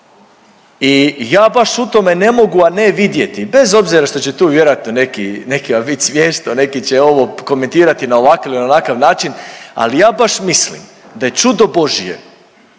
i ja baš u tome ne mogu, a ne vidjeti bez obzira što će tu vjerojatno nekima bit smiješno. Neki će ovo komentirati na ovakav ili onakav način, ali ja baš mislim da je čudo božje